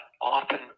often